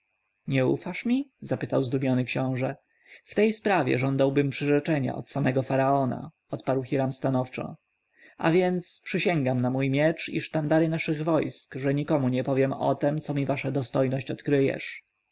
nie ufasz mi zapytał zdumiony książę w takiej sprawie żądałbym przyrzeczenia nawet faraona odparł hiram stanowczo a więc przysięgam na mój miecz i sztandary naszych wojsk że nikomu nie powiem o tem co mi wasza dostojność odkryjesz